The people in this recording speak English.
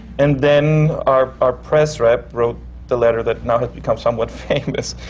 and then, our our press rep wrote the letter that now has become somewhat famous.